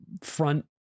front